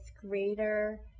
greater